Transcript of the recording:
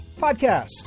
podcast